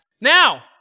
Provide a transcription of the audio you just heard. Now